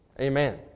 Amen